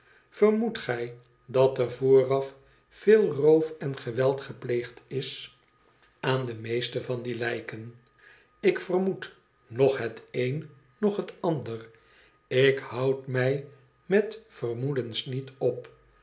vermoedt gij dat er vooraf veel roof en geweld gepleegd is aan de meeste van die lijken ik vermoed noch het een noch het ander ik houd mij met vermoedens niet op